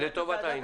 זה לטובת העניין.